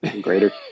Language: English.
greater